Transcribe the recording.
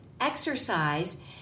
exercise